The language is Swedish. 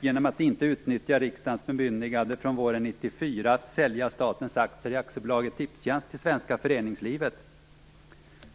genom att inte utnyttja riksdagens bemyndigande från våren 1994 att sälja statens aktier i AB Tipstjänst till det svenska föreningslivet.